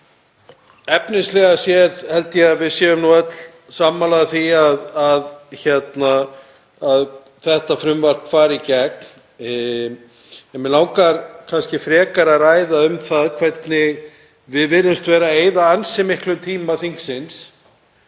Efnislega séð held ég að við séum öll sammála því að þetta frumvarp fari í gegn og mig langar kannski frekar að ræða hvernig við virðumst eyða ansi miklum tíma þingsins